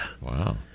Wow